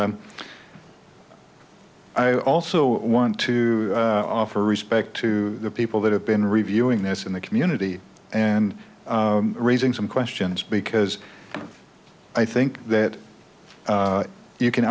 and i also want to offer respect to the people that have been reviewing this in the community and raising some questions because i think that you can